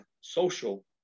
social